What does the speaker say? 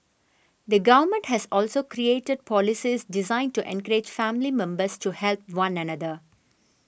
the government has also created policies designed to encourage family members to help one another